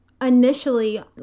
Initially